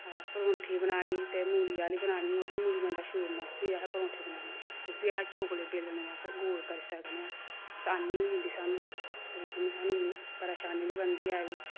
आं परौंठी बनानी ते मूली आह्ली बनानी ते ओह् बी मूली गंडा शूरना भी अहें परौंठी बनानी ओह् बी अहें चकले बेलने नै अस गोल करी सकने आं असानी होई जंदी सानूं ते सानूं इ'न्नी परेशानी निं बनदी ऐ बी